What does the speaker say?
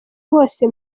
bose